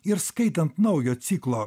ir skaitant naujo ciklo